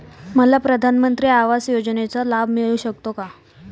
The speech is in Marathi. मला प्रधानमंत्री आवास योजनेचा लाभ मिळू शकतो का?